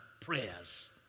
Prayers